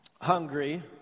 hungry